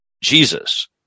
Jesus